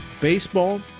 baseball